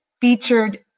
featured